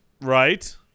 Right